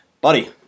Buddy